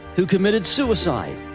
who committed suicide.